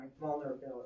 vulnerability